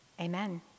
amen